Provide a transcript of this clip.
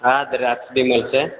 હા દ્રાક્ષ બી મળશે